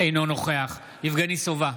אינו נוכח יבגני סובה,